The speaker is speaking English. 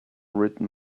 written